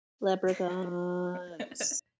Leprechauns